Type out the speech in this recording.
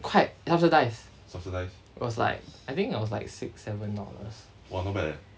quite subsidise it was like I think it was like six seven dollars